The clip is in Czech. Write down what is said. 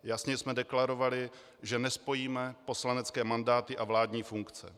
Jasně jsme deklarovali, že nespojíme poslanecké mandáty a vládní funkce.